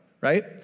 right